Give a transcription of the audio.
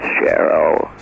Cheryl